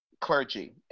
clergy